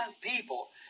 people